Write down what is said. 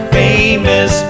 famous